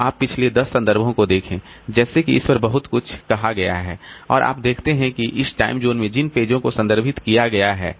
तो आप पिछले 10 संदर्भों को देखें जैसे कि इस पर बहुत कुछ कहां गया है और आप देखते हैं कि इस टाइम जोन में जिन पेजों को संदर्भित किया गया है